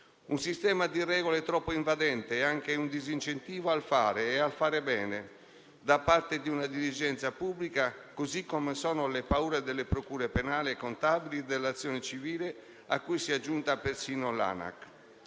Un sistema di regole troppo invadente è anche un disincentivo al fare e al fare bene da parte della dirigenza pubblica, così come lo sono le paure delle procure penali e contabili e dell'azione civile, a cui si è aggiunta persino l'ANAC.